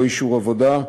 לא אישור עבודה,